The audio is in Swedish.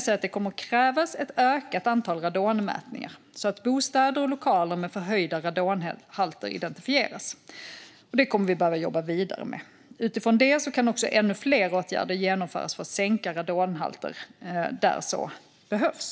säga att det kommer att krävas ett ökat antal radonmätningar, så att bostäder och lokaler med förhöjda radonhalter identifieras. Detta kommer vi att behöva jobba vidare med. Utifrån det kan ännu fler åtgärder genomföras för att sänka radonhalter där så behövs.